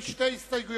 מי נגד?